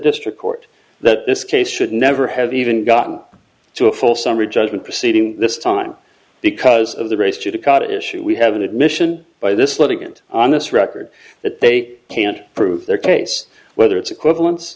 district court that this case should never have even gotten to a full summary judgment proceeding this time because of the race judicata issue we have an admission by this litigant on this record that they can't prove their case whether it's equivalen